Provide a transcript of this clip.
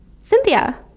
Cynthia